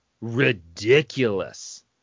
ridiculous